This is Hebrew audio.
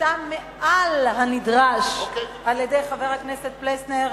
עושה מעל הנדרש על-ידי חבר הכנסת פלסנר.